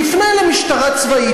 תפנה למשטרה צבאית,